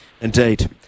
Indeed